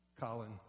Colin